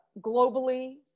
globally